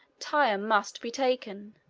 tyre must be taken,